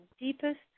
deepest